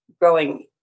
growing